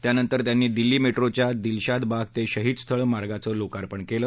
त्यानंतर त्यांनी दिल्ली मेट्रोच्या दिलशाद बाग ते शहीद स्थळ मार्गाचं लोकार्पण केलं